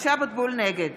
(קוראת בשמות חברי הכנסת) משה אבוטבול, נגד